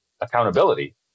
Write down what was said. accountability